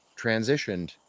transitioned